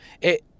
It-